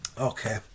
Okay